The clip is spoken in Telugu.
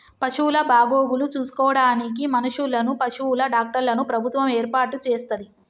పశువుల బాగోగులు చూసుకోడానికి మనుషులను, పశువుల డాక్టర్లను ప్రభుత్వం ఏర్పాటు చేస్తది